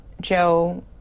Joe